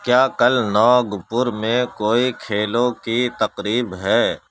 کیا کل ناگپور میں کوئی کھیلوں کی تقریب ہے